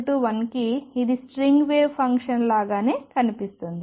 n1 కి ఇది string wave function లాగానే కనిపిస్తుంది